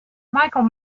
michael